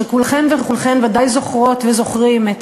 שכולכן וכולכם ודאי זוכרות וזוכרים את